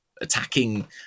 attacking